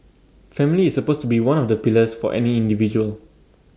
family is supposed to be one of the pillars for any individual